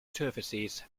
surfaces